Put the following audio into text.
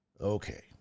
Okay